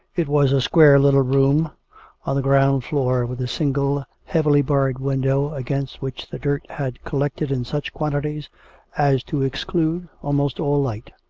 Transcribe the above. it was a square little room on the ground-floor, with a single, heavily-barred window, against which the dirt had collected in such quantities as to exclude almost all light.